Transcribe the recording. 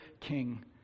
King